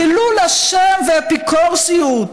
חילול השם ואפיקורסיות,